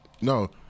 no